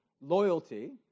loyalty